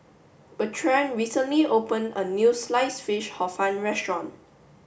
Bertrand recently opened a new sliced fish hor fun restaurant